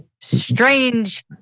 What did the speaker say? strange